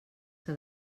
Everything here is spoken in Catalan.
que